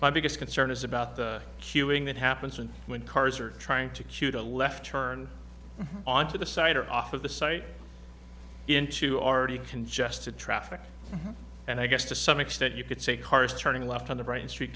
my biggest concern is about the queuing that happens and when cars are trying to queue to left turn onto the side or off of the site into already congested traffic and i guess to some extent you could see cars turning left on the right street